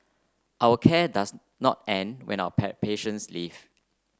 our care does not end when our pair patients leave